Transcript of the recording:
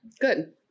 Good